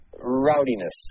rowdiness